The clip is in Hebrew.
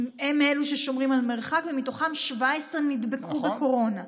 הם אלה ששומרים על מרחק, ומתוכם 17 נדבקו בקורונה.